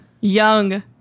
young